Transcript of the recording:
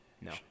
No